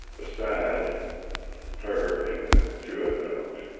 beside her and the two other dogs